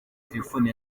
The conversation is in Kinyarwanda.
telefone